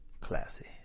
Classy